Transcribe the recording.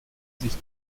sich